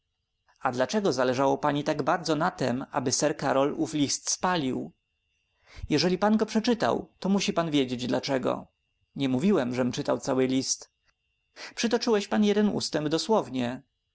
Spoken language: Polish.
a dlaczego zależało pani tak bardzo na tem aby sir karol ów list spalił jeżeli pan go przeczytał to musi pan wiedzieć dlaczego nie mówiłem żem czytał cały list przytoczyłeś pan jeden ustęp dosłownie